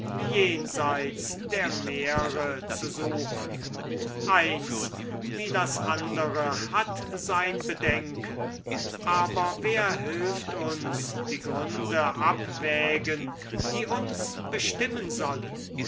jenseits der meere zu suchen eins wie das andere hat sein bedenken aber wer hilft uns die gründe abwägen die uns bestimmen sollen